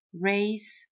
Raise